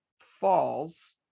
falls